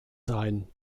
sein